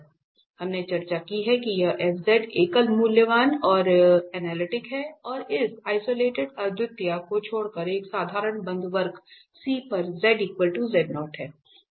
हमने चर्चा की है कि यह f एकल मूल्यवान और अनलिटिक है और इस आइसोलेटेड अद्वितीयता को छोड़कर एक साधारण बंद वक्र C पर है